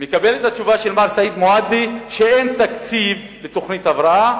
מקבל את התשובה של מר סעיד מועדי שאין תקציב לתוכנית הבראה,